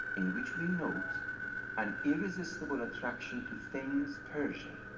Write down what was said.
in which we note an irresistible attraction to things persian.